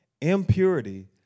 impurity